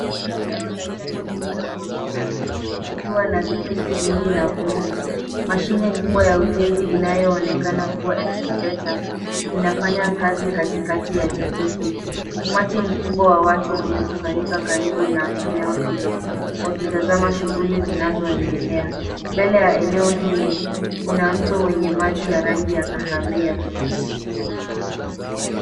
Eneo la jengo lililobomoka kukiwa na vifusi vingi na vumbi. Mashine kubwa ya ujenzi inayoonekana kuwa excavator inafanya kazi katikati ya vifusi. Umati mkubwa wa watu umekusanyika karibu na eneo hilo wakitazama shughuli zinazoendelea. Mbele ya eneo hili kuna mto wenye maji ya rangi ya kahawia.